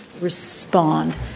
respond